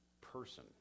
person